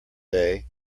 day